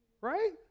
right